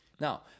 Now